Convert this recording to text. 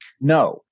No